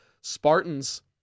Spartans